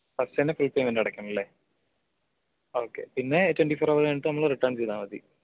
first തന്നെ prepayment അടക്കണം അല്ലേ ഓക്കെ പിന്നെ ട്വൻ്റി ഫോർ ഹവർ കഴിഞ്ഞിട്ട് റിട്ടേൺ ചെയ്താൽ മതി